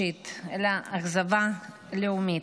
אישית, אלא אכזבה לאומית.